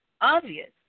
obvious